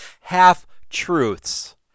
half-truths